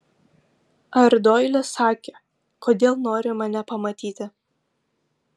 ar doilis sakė kodėl nori mane pamatyti